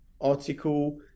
article